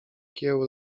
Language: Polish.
kieł